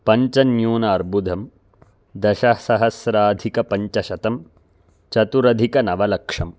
पञ्चन्यूनार्बुदम् दशसहस्राधिकपञ्चशतम् चतुरधिकनवलक्षम्